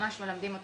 ממש מלמדים אותם.